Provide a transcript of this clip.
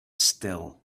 still